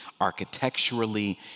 architecturally